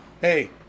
Hey